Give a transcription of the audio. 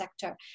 sector